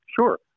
Sure